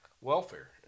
welfare